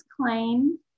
claim